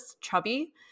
chubby